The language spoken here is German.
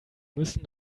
müssen